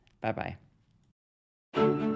Bye-bye